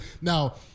now